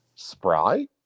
Spry